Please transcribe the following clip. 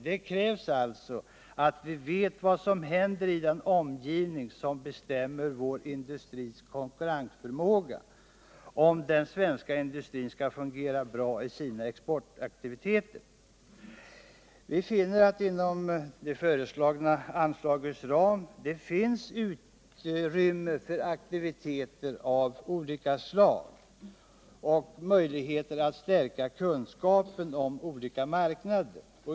Det krävs alltså att vi vet vad som händer i den omgivning som bestämmer vår industris konkurrensförmåga, om den svenska industrin skall fungera bra i sina exportaktiviteter. Inom den i årets budget föreslagna anslagsramen finns utrymme för aktiviteter av olika slag och möjligheter att stärka kunskapen om olika marknader.